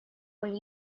when